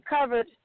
covered